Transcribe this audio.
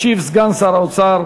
ישיב סגן שר האוצר,